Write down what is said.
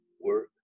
work